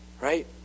Right